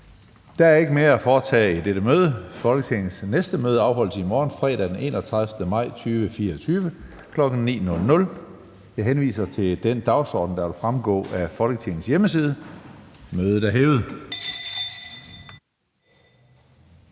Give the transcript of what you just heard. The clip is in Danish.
Der er ikke mere at foretage i dette møde. Folketingets næste møde afholdes i morgen, fredag den 31. maj 2024, kl. 9.00. Jeg henviser til den dagsorden, der vil fremgå af Folketingets hjemmeside. Mødet er hævet.